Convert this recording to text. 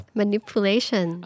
manipulation